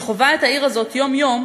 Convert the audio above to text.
שחווה את העיר הזאת יום-יום,